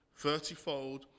thirtyfold